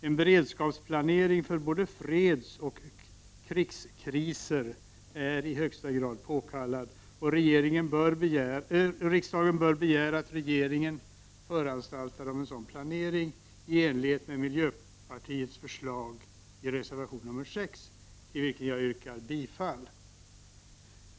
En beredskapsplanering för både fredsoch krigskriser är i högsta grad påkallad, och riksdagen bör begära att regeringen föranstaltar om en sådan planering i enlighet med miljöpartiets förslag i reservation nr 6, till vilken jag yrkar bifall.